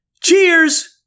Cheers